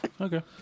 Okay